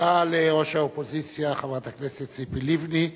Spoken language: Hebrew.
תודה לראש האופוזיציה, חברת הכנסת ציפי לבני.